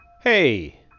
Hey